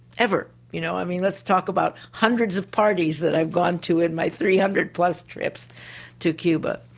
ever. you know i mean let's talk about hundreds of parties that i've gone to in my three hundred plus trips to cuba,